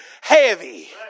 heavy